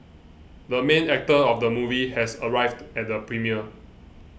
the main actor of the movie has arrived at the premiere